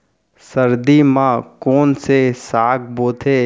सर्दी मा कोन से साग बोथे?